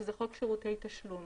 שזה חוק שירותי תשלום.